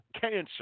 cancer